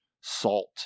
salt